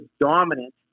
dominant